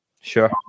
Sure